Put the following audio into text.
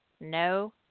No